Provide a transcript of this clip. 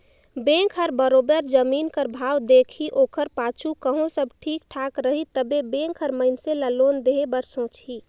bank हर बरोबेर जमीन कर भाव देखही ओकर पाछू कहों सब ठीक ठाक रही तबे बेंक हर मइनसे ल लोन देहे बर सोंचही